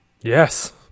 Yes